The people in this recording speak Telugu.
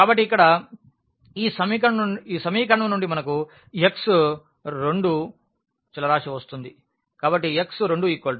కాబట్టి ఇక్కడ ఈ సమీకరణం నుండి మనకు x 2 చలరాశి వస్తుంది